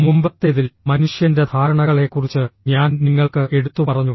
മുമ്പത്തേതിൽ മനുഷ്യന്റെ ധാരണകളെക്കുറിച്ച് ഞാൻ നിങ്ങൾക്ക് എടുത്തുപറഞ്ഞു